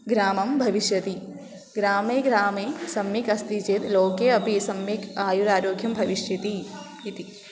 ग्रामं भविष्यति ग्रामे ग्रामे सम्यक् अस्ति चेत् लोके अपि सम्यक् आयुरारोग्यं भविष्यति इति